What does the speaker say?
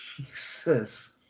Jesus